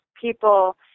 people